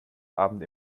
abend